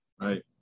Right